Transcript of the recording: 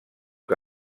que